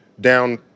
down